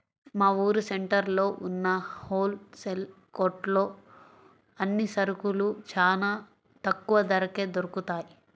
మా ఊరు సెంటర్లో ఉన్న హోల్ సేల్ కొట్లో అన్ని సరుకులూ చానా తక్కువ ధరకే దొరుకుతయ్